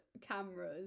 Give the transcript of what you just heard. cameras